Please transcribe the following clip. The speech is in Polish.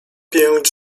pięć